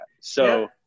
So-